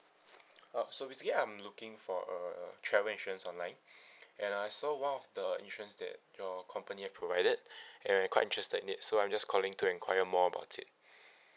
uh so basically I'm looking for a travel insurance online and I saw one of the insurance that your company have provided and I'm quite interested in it so I'm just calling to enquire more about it